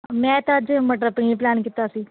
ਮੈਂ ਤਾਂ ਅੱਜ ਮਟਰ ਪਨੀਰ ਪਲੈਨ ਕੀਤਾ ਸੀ